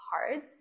hard